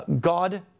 God